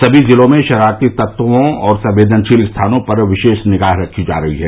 सभी जिलों में शरारती तत्वों और संवेदनशील स्थानों पर विशेष निगाह रखी जा रही है